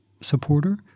supporter